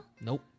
Nope